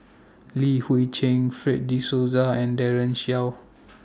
Li Hui Cheng Fred De Souza and Daren Shiau